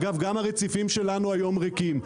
גם הרציפים שלנו היום ריקים.